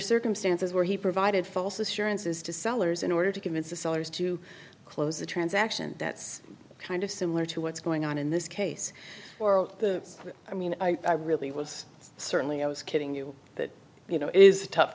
circumstances where he provided false assurances to sellers in order to convince the sellers to close the transaction that's kind of similar to what's going on in this case or the i mean i really was certainly i was kidding you that you know it is a tough